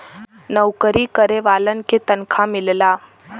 नऊकरी करे वालन के तनखा मिलला